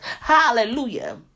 hallelujah